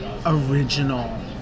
original